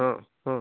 ହଁ ହଁ